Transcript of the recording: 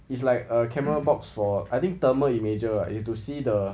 it's like a camera box for I think thermal imager ah it's to see the